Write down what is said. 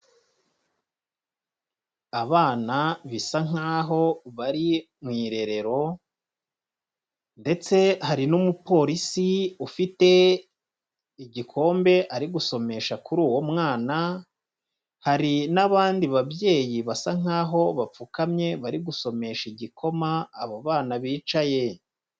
Abana bisa nkaho bari mu irerero ndetse hari n'umupolisi ufite igikombe ari gusomesha kuri uwo mwana hari n'abandi babyeyi basa nkaho bapfukamye bari gusomesha igikoma abo bana bicaye.